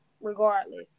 regardless